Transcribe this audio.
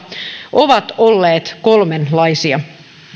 ovat olleet kolmenlaisia